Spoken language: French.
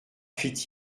fit